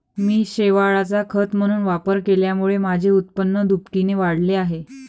मी शेवाळाचा खत म्हणून वापर केल्यामुळे माझे उत्पन्न दुपटीने वाढले आहे